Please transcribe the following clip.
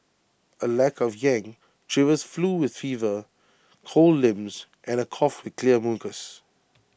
A lack of yang she was flu with fever cold limbs and A cough with clear mucus